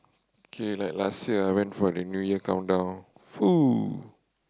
okay like last year I went for the New Year countdown !fuh!